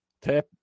Tap